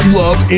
love